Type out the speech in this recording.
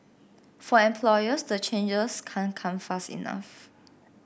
for employers the changes can't come fast enough